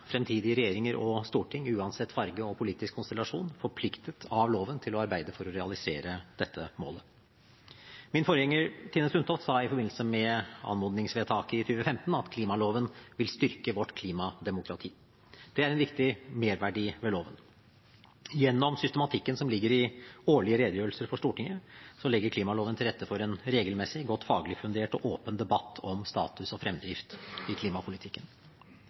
fremtidige regjeringer og Stortinget, uansett farge og politisk konstellasjon, forpliktet av loven til å arbeide for å realisere dette målet. Min forgjenger Tine Sundtoft sa i forbindelse med anmodningsvedtaket i 2015 at klimaloven vil styrke vårt klimademokrati. Det er en viktig merverdi ved loven. Gjennom systematikken som ligger i årlige redegjørelser for Stortinget, legger klimaloven til rette for en regelmessig, godt faglig fundert og åpen debatt om status og fremdrift i klimapolitikken.